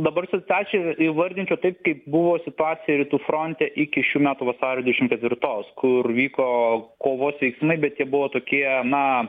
dabar situaciją įvardinčiau taip kaip buvo situacija rytų fronte iki šių metų vasario dvidešim ketvirtos kur vyko kovos veiksmai bet jie buvo tokie na